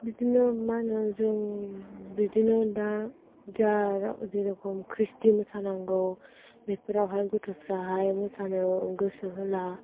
बिदिनो मा होनो जों बिदिनो दा जा जेरखम क्रिसटि मोसानांगौ बेफोरावहाय गथ' फ्राहाय मोसानो गोसो होला